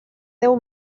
deu